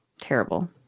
Terrible